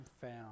found